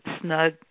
snug